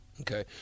Okay